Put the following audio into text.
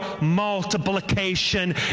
multiplication